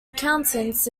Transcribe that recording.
accountants